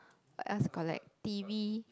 what else to collect t_v